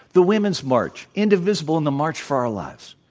the women's march, indivisible in the march for our lives.